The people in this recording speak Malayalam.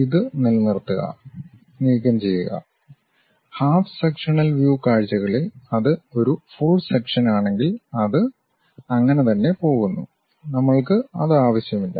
ഇത് നിലനിർത്തുക നീക്കംചെയ്യുക ഹാഫ് സെക്ഷനൽ വ്യു കാഴ്ചകളിൽ അത് ഒരു ഫുൾ സെക്ഷൻ ആണെങ്കിൽ അത് അങ്ങനെ തന്നെ പോകുന്നു നമ്മൾക്ക് അത് ആവശ്യമില്ല